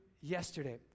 yesterday